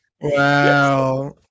Wow